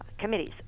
committees